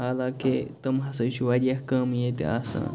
حالانٛکہِ تِم ہسا چھِ واریاہ کَم ییٚتہِ آسان